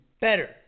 better